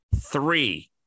three